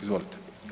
Izvolite.